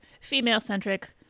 female-centric